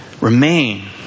Remain